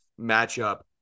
matchup